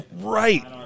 Right